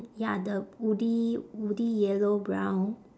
ya the woody woody yellow brown